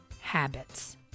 habits